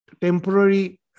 temporary